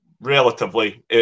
relatively